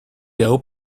doe